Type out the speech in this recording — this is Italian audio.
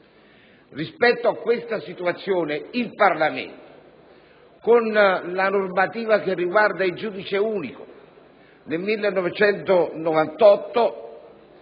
Rispetto a questa situazione il Parlamento, con la normativa riguardante il giudice unico, nel 1998